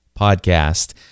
podcast